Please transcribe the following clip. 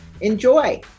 Enjoy